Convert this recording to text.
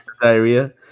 Diarrhea